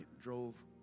drove